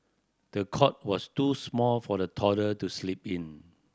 the cot was too small for the toddler to sleep in